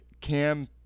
Cam